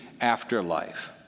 afterlife